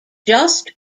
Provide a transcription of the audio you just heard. just